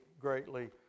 greatly